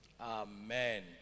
Amen